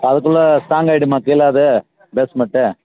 அதுக்குள்ளே ஸ்ட்ராங் ஆயிடுமா கீழே அது பேஸ் மெண்ட்டு